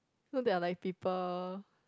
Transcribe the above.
no there are like people